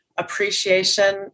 appreciation